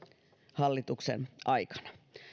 hallituksen aikana